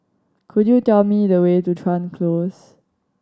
could you tell me the way to Chuan Close